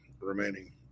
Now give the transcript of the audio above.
remaining